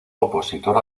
opositor